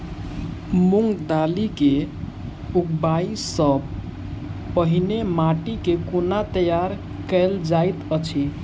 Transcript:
मूंग दालि केँ उगबाई सँ पहिने माटि केँ कोना तैयार कैल जाइत अछि?